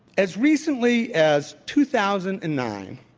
as recently as two thousand and nine,